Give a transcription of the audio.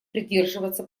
придерживаться